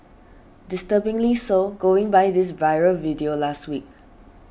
disturbingly so going by this viral video last week